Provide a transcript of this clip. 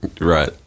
Right